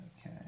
Okay